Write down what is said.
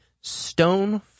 stone